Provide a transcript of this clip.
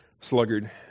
sluggard